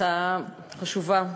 ההצעה חשובה,